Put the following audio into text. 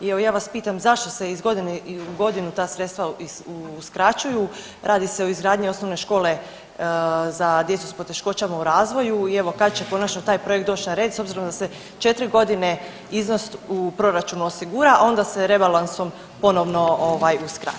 I evo ja vas pitam zašto se iz godine u godinu ta sredstva uskraćuju, radi se o izgradnji osnovne škole za djecu s poteškoćama u razvoju i evo kad će konačno taj projekt doći na red s obzirom da se 4 godine iznos u proračunu osigura, a onda se rebalansom ponovno ovaj uskrati.